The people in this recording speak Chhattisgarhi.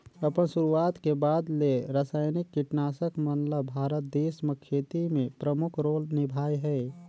अपन शुरुआत के बाद ले रसायनिक कीटनाशक मन ल भारत देश म खेती में प्रमुख रोल निभाए हे